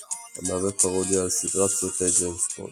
המהווה פרודיה על סדרת סרטי ג'יימס בונד,